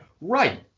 right